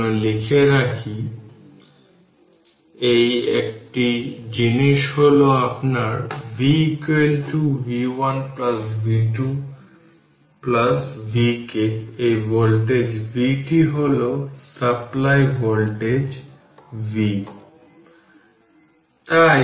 সুতরাং যদি আপনি এই উদাহরণটি নেন সার্কিটের টার্মিনাল 1 এবং 2 এর মধ্যে আপনি যে ইকুইভ্যালেন্ট ক্যাপাসিট্যান্স দেখেছেন তা ইকুইভ্যালেন্ট ক্যাপাসিটরের লোড খুঁজে বের করতে হবে